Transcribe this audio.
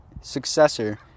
successor